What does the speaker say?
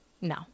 No